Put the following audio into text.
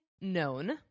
known